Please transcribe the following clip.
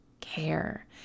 care